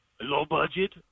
low-budget